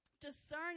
discern